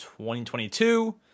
2022